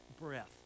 breath